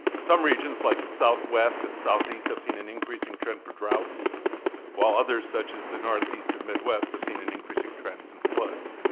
some regions like the southwest and southeast have seen an increasing trend for droughts while others such as the northeast and midwest have seen an increasing trends in floods.